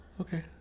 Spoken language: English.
Okay